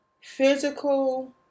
physical